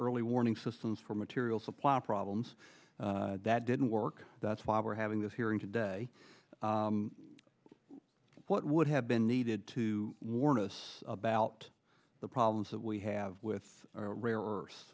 early warning systems for material supply problems that didn't work that's why we're having this hearing today what would have been needed to warn us about the problems that we have with rare